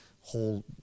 whole